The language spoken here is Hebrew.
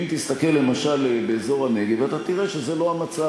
אם תסתכל למשל באזור הנגב אתה תראה שזה לא המצב,